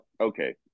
okay